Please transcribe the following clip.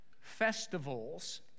festivals